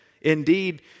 indeed